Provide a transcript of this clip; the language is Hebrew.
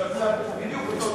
שעשה בדיוק אותו דבר?